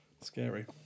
Scary